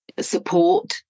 support